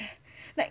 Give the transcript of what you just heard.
like